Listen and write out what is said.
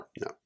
No